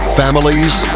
families